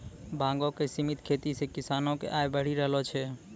भांगो के सिमित खेती से किसानो के आय बढ़ी रहलो छै